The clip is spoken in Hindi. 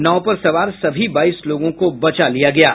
नाव पर सवार सभी बाईस लोगों को बचा लिया गया है